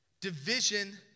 Division